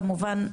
כמובן,